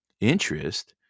interest